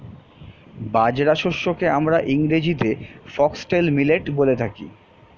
বাজরা শস্যকে আমরা ইংরেজিতে ফক্সটেল মিলেট বলে থাকি